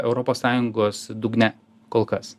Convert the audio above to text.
europos sąjungos dugne kol kas